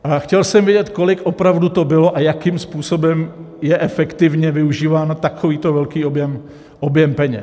A chtěl jsem vědět, kolik opravdu to bylo a jakým způsobem je efektivně využíván takovýto velký objem peněz.